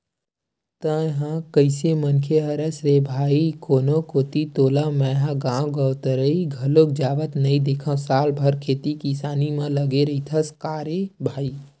तेंहा कइसे मनखे हरस रे भई कोनो कोती तोला मेंहा गांव गवतरई घलोक जावत नइ देंखव साल भर खेती किसानी म लगे रहिथस का रे भई?